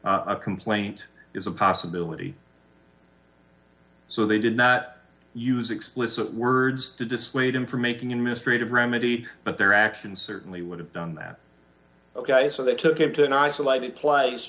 a complaint is a possibility so they did not use explicit words to dissuade him from making administrative remedy but their actions certainly would have done that ok so they took it to an isolated place